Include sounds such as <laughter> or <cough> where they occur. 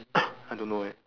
<noise> I don't know eh